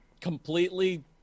completely